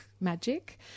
Magic